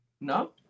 No